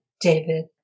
David